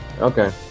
okay